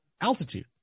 altitude